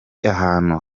ahantu